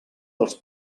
dels